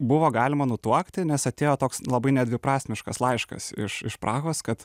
buvo galima nutuokti nes atėjo toks labai nedviprasmiškas laiškas iš iš prahos kad